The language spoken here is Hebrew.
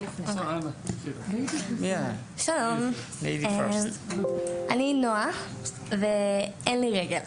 שלום אני נועה ואין לי רגל,